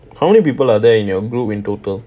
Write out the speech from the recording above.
how many people are there in your group in total